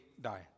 die